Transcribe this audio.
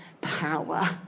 power